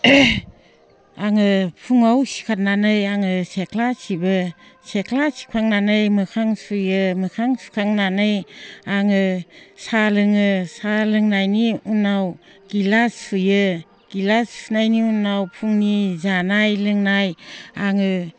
आङो फुङाव सिखारनानै आङो सेख्ला सिबो सेख्ला सिबखांनानै मोखां सुयो मोखां सुखांनानै आङो साहा लोङो साहा लोंनायनि उनाव गिलास सुयो गिलास सुनायनि उनाव फुंनि जानाय लोंनाय आङो